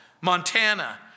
Montana